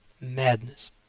Madness